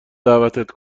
دعوتت